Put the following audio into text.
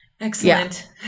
Excellent